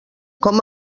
com